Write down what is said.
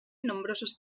nombrosos